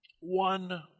one